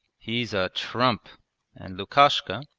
he's a trump and lukashka,